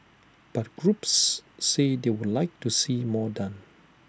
but groups say they would like to see more done